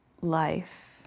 life